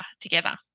together